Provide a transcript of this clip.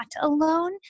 alone